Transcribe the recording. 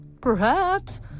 Perhaps